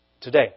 today